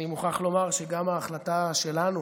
אני מוכרח לומר שגם ההחלטה שלנו